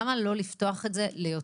למה לא לפתוח את זה ליותר?